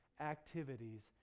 activities